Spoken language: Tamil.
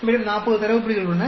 நம்மிடம் 40 தரவு புள்ளிகள் உள்ளன